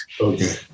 Okay